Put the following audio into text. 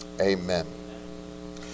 amen